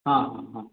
ହଁ ହଁ ହଁ